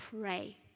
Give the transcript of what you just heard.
pray